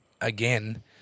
again